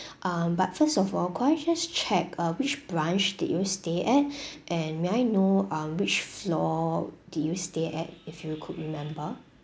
um but first of all could I just check uh which branch did you stay at and may I know um which floor do you stay at if you could remember